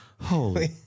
Holy